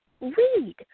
Read